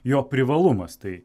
jo privalumas tai